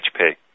hp